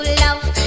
love